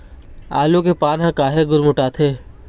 आलू के पान हर काहे गुरमुटाथे?